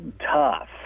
tough